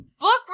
book